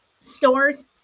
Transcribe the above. stores